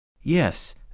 Yes